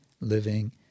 living